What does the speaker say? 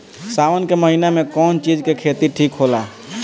सावन के महिना मे कौन चिज के खेती ठिक होला?